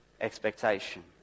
expectation